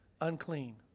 unclean